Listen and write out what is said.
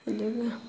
ꯑꯗꯨꯒ